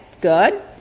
good